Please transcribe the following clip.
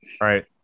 right